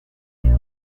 museo